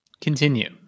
continue